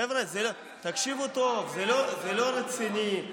חבר'ה, תקשיבו טוב, זה לא רציני.